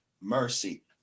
mercy